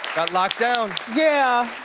got locked down. yeah.